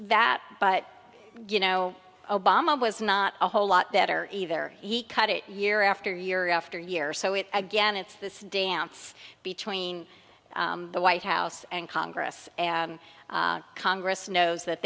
that but you know obama was not a whole lot better either he cut it year after year after year so it again it's this dance between the white house and congress and congress knows that